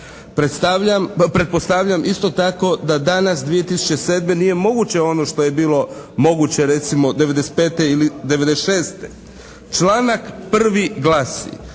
Pretpostavljam isto tako da danas 2007. nije moguće ono što je bilo moguće recimo '95. ili '96. Članak 1. glasi: